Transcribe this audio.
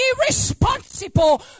irresponsible